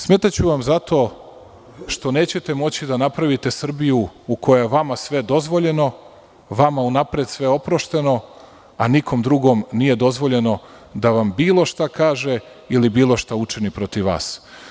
Smetaću vam zato što nećete moći da napravite Srbiju u kojoj je vama sve dozvoljeno, vama unapred sve oprošteno, a nikom drugom nije dozvoljeno da vam bilo šta kaže, ili bilo šta učini protiv vas.